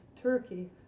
turkey